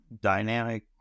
dynamic